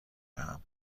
دهم